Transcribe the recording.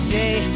day